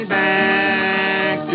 back